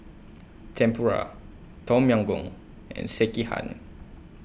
Tempura Tom Yam Goong and Sekihan